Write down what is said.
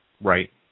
Right